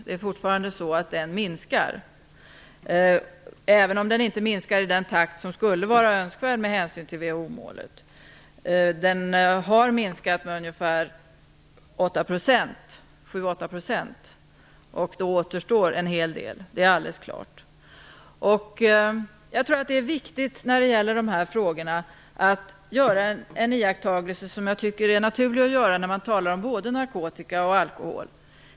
Den minskar fortfarande, även om den inte minskar i den takt som skulle vara önskvärd med hänsyn till WHO-målet. Konsumtionen har minskat med ca 7 8 %. Men det är alldeles klart att det återstår en hel del. När det gäller dessa frågor är det viktigt att göra en iakttagelse som är naturlig att göra när man talar om både narkotika och alkohol.